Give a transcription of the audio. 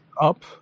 up